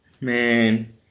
Man